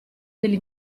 degli